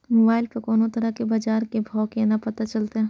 Mobile पर कोनो तरह के बाजार के भाव केना पता चलते?